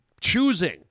choosing